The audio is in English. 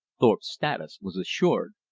thorpe's status was assured.